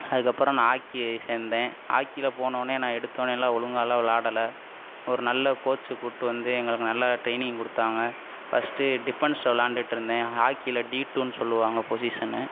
அதுக்கப்புறம் நான் ஹாக்கி சேர்ந்தேன் ஹாக்கியில போனவுனே நான் எடுத்தனேலாம் ஒழுங்காகலாம் விளையாடலை ஒரு நல்ல கோச்சை கூப்பிட்டு வந்து எங்களுக்கு நல்ல ட்ரெயினிங் கொடுத்தாங்க ஃபர்ஸ்ட்டு டிஃபென்ஸ் விளையாண்டுட்டு இருந்தேன் ஹாக்கியில டி டூன்னு சொல்லுவாங்க பொஷிசன்னு